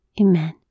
Amen